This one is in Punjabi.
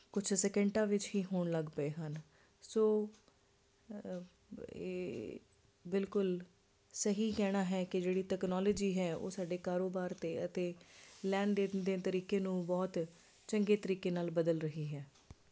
ਕੁਛ ਸੈਕਿੰਡਾਂ ਵਿੱਚ ਹੀ ਹੋਣ ਲੱਗ ਪਏ ਹਨ ਸੋ ਇਹ ਬਿਲਕੁਲ ਸਹੀ ਕਹਿਣਾ ਹੈ ਕਿ ਜਿਹੜੀ ਤਕਨੋਲਜੀ ਉਹ ਸਾਰੇ ਕਾਰੋਬਾਰ ਅਤੇ ਅਤੇ ਲੈਣ ਦੇਣ ਦੇ ਤਰੀਕੇ ਨੂੰ ਬਹੁਤ ਚੰਗੇ ਤਰੀਕੇ ਨਾਲ ਬਦਲ ਰਹੀ ਹੈ